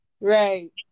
right